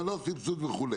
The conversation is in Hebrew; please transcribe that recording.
מה לא סבסוד וכו'.